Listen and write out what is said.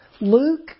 Luke